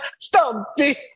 Stumpy